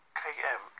km